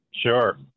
Sure